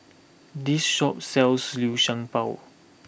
this shop sells Liu Sha Bao